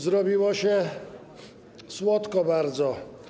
Zrobiło się słodko bardzo.